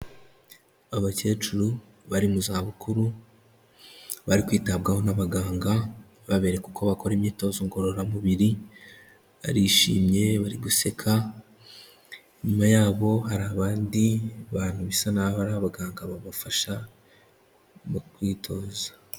Abakecuru bari mu zabukuru, bari kwitabwaho n'abaganga, babereka kuko bakora imyitozo ngororamubiri, barishimye bari guseka, inyuma yabo hari abandi bantu bisa n'aho ari abaganga babafasha mu kwitoza.